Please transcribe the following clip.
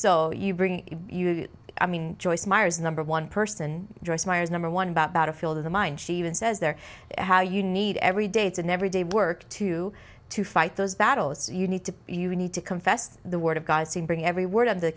so you bring i mean joyce meyers number one person joyce meyers number one about battlefield of the mind she even says there how you need every day it's an every day work to to fight those battles you need to you need to confess the word of god seen bringing every word of the